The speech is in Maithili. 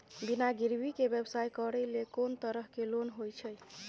बिना गिरवी के व्यवसाय करै ले कोन तरह के लोन होए छै?